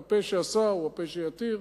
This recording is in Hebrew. הפה שאסר הוא הפה שיתיר,